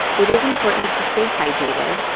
it is important to stay hydrated,